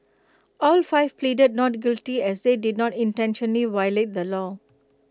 all five pleaded not guilty as they did not intentionally violate the law